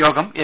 യോഗം എം